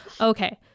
Okay